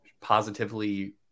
positively